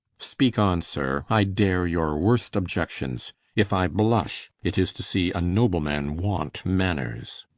speake on sir, i dare your worst obiections if i blush, it is to see a nobleman want manners